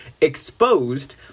exposed